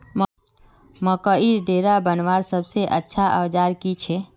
मकईर डेरा बनवार सबसे अच्छा औजार की छे?